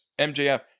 MJF